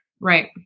Right